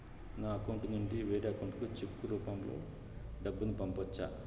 నా అకౌంట్ నుండి వేరే అకౌంట్ కి చెక్కు రూపం లో డబ్బును పంపొచ్చా?